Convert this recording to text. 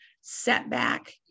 setback